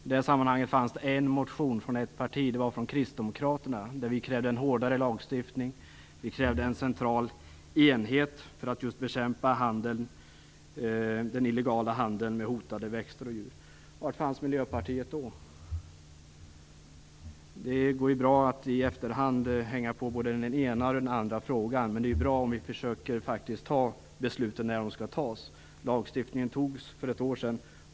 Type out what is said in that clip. I det sammanhanget fanns det en motion, från ett parti. Det var en motion från kristdemokraterna, där vi krävde en hårdare lagstiftning och en central enhet för att bekämpa den illegala handeln med hotade växter och djur. Var fanns Miljöpartiet då? Det går bra att i efterhand hänga på både den ena och den andra frågan, men det är bra om vi försöker fatta besluten när de skall fattas. Lagstiftningen antogs för ett år sedan.